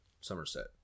Somerset